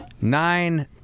nine